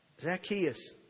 Zacchaeus